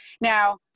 Now